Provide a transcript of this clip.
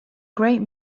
great